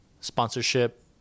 sponsorship